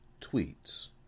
tweets